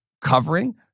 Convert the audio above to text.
covering